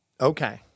Okay